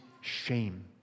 shame